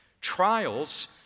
Trials